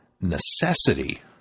necessity